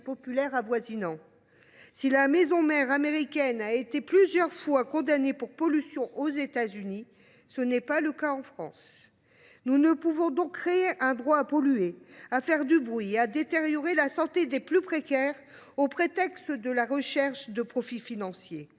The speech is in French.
populaire avoisinant. Si la maison mère américaine a été plusieurs fois condamnée pour pollution aux États Unis, cela n’a pas été le cas en France. Ne créons pas un droit à polluer, à faire du bruit et à détériorer la santé des plus précaires, au prétexte que cela faciliterait la réalisation de profits financiers.